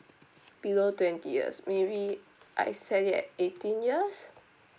below twenty years maybe I set it at eighteen years